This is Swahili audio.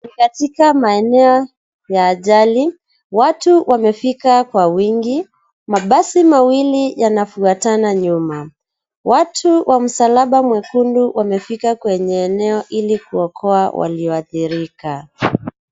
Ni katika maeneo ya ajali, watu wamefika kwa wingi. Mabasi mawili yanafuatana nyuma. Watu wa msalaba mwekundu wamefika kwenye eneo hili kuokoa walioathirika.